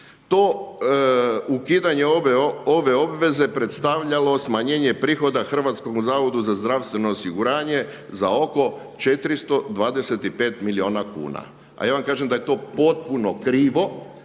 to ukidanje ove obveze predstavljalo smanjenje prihoda Hrvatskom zavodu za zdravstveno osiguranje za oko 425 milijuna kuna. A ja vam kažem da je to potpuno krivo,